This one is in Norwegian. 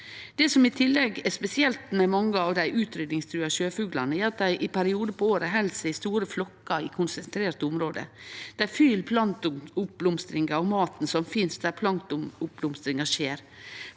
Det som i tillegg er spesielt med mange at dei utryddingstrua sjøfuglane, er at dei i periodar av året held seg i store flokkar i konsentrerte område. Dei følgjer planktonoppblomstringa og maten som finst der planktonoppblomstringa skjer.